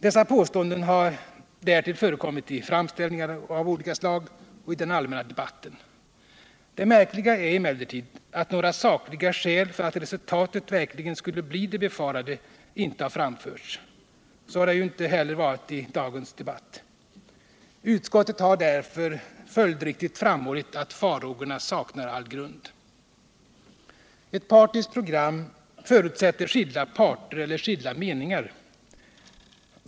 Dessa påståenden har därtill förekommit i framställningar av olika slag och i den allmänna debatten. Det märkliga är emellertid att några sakliga skäl för att resultatet verkligen skulle bli det befarade inte har framförts — så har ju inte heller skett i dagens debatt. Utskottet har därför följdriktigt framhållit att farhågorna saknar all grund. Ett partiskt program förutsätter skilda parter eller skilda meningar.